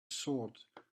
sword